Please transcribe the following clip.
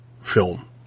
film